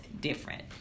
different